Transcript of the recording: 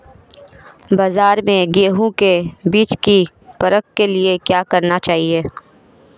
बाज़ार में गेहूँ के बीज की परख के लिए क्या करना चाहिए?